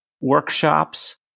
workshops